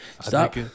Stop